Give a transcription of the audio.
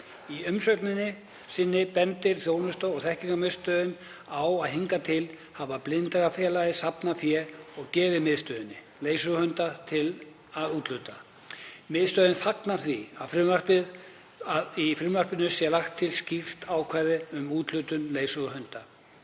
Í umsögn sinni bendir Þjónustu- og þekkingarmiðstöðin á að hingað til hafi Blindrafélagið safnað fé og gefið miðstöðinni leiðsöguhunda til að úthluta. Miðstöðin fagnar því að í frumvarpinu sé lagt til skýrt ákvæði um úthlutun leiðsöguhunda.